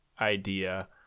idea